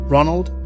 Ronald